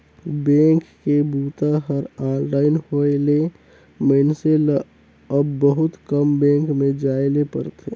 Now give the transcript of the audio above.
bank के बूता हर ऑनलाइन होए ले मइनसे ल अब बहुत कम बेंक में जाए ले परथे